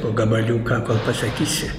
po gabaliuką kol pasakysi